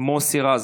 מוסי רז.